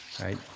right